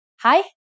hi